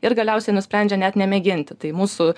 ir galiausiai nusprendžia net nemėginti tai mūsų